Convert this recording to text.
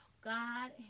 God